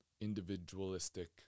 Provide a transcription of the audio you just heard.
individualistic